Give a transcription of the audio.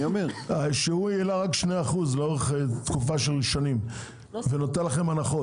שהוא העלה רק 2% לאורך תקופה של שנים ונותן לכם הנחות,